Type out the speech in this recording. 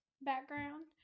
background